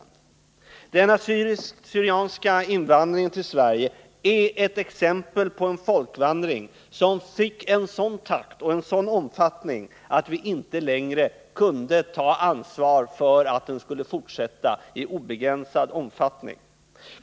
Den assyriska och syrianska invandringen till Sverige är ett exempel på en folkvandring, som fick en sådan takt och en sådan omfattning att vi inte längre kunde ta ansvaret för en fortsättning i obegränsad omfattning.